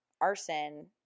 arson